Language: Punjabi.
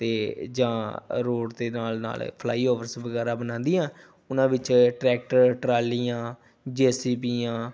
ਅਤੇ ਜਾਂ ਰੋਡ ਦੇ ਨਾਲ ਨਾਲ ਫਲਾਈ ਓਵਰਸ ਵਗੈਰਾ ਬਣਾਉਂਦੀਆਂ ਉਹਨਾਂ ਵਿੱਚ ਟਰੈਕਟਰ ਟਰਾਲੀਆਂ ਜੇ ਸੀ ਬੀਆਂ